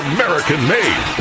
American-made